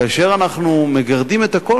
כאשר אנחנו מגרדים את הכול,